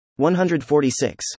146